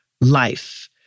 life